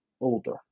older